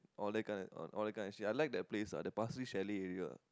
all that kind all that kinda shit I like that place ah the Pasir-Ris chalet area ah